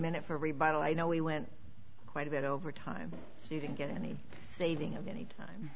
minute for rebuttal i know we went quite a bit over time so you didn't get any saving of any time